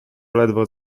ledwo